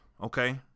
okay